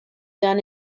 done